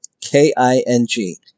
K-I-N-G